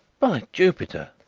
by jupiter!